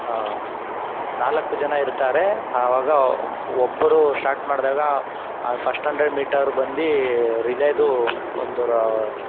ನಾಲ್ಕು ಜನ ಇರ್ತಾರೆ ಆವಾಗ ಒಬ್ಬರು ಶ್ಟಾಟ್ ಮಾಡಿದಾಗ ಫಶ್ಟ್ ಹಂಡ್ರೆಡ್ ಮೀಟರ್ ಬಂದು ರಿಲೇದು ಒಂದು